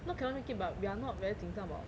not cannot make it but we are not very 紧张 about